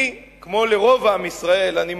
לי כמו לרוב עם ישראל, אני מניח,